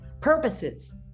purposes